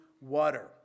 water